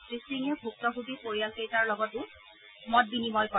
শ্ৰীসিঙে ভুক্তভোগী পৰিয়াল কেইটাৰ লগতো মত বিনিময় কৰে